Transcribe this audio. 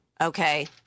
okay